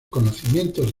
conocimientos